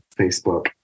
Facebook